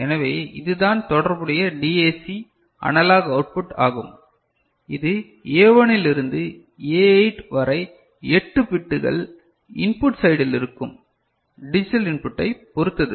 எனவே இது தான் தொடர்புடைய டிஏசி அனலாக் அவுட்புட் ஆகும் இது A1 இல் இருந்து A8 வரை எட்டு பிட்டுகள் இன்புட் சைடில் இருக்கும் டிஜிட்டல் இன்ப்புட்டை பொறுத்தது